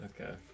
Okay